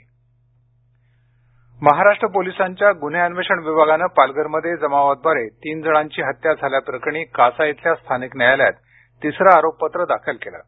पालघर महाराष्ट्र पोलिसांच्या गुन्हे अन्वेषण विभागाने पालघरमध्ये जमावाद्वारे तीन जणांची हत्त्या झाल्याप्रकरणी कासा इथल्या स्थानिक न्यायालयात तिसरं आरोपपत्र दाखल केलं आहे